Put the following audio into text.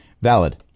Valid